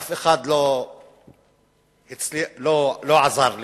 אף אחד לא עזר לי,